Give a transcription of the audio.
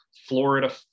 Florida